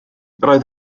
roedd